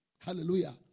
Hallelujah